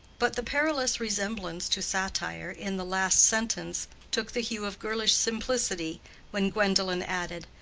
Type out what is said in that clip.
but the perilous resemblance to satire in the last sentence took the hue of girlish simplicity when gwendolen added,